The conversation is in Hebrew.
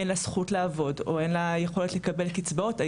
אין לה זכות לעבוד או אין לה יכולת לקבל קצבאות,